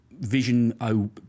Vision